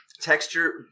texture